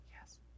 Yes